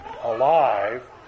alive